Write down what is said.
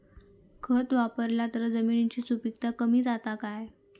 खत वापरला तर जमिनीची सुपीकता कमी जाता काय?